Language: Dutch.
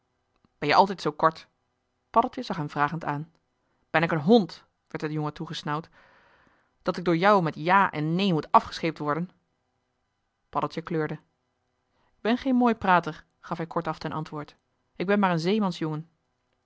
ben-je altijd zoo kort paddeltje zag hem vragend aan ben ik een hond werd den jongen toegesnauwd dat ik door jou met ja en neen moet afgescheept worden paddeltje kleurde k ben geen mooi prater gaf hij kortaf ten antwoord ik ben maar een